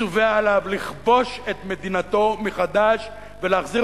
מצווה עליו לכבוש את מדינתו מחדש ולהחזיר